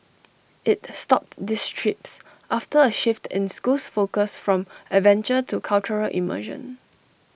IT stopped these trips after A shift in school's focus from adventure to cultural immersion